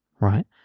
right